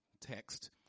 text